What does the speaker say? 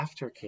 aftercare